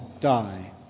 die